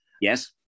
Yes